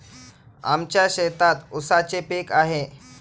आमच्या शेतात ऊसाचे पीक आहे